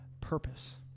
purpose